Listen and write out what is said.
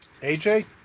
AJ